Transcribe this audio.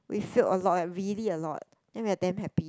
we filled a lot eh really a lot then we're damn happy